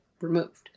removed